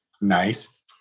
nice